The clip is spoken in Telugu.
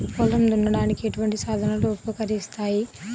పొలం దున్నడానికి ఎటువంటి సాధనలు ఉపకరిస్తాయి?